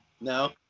No